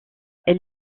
elle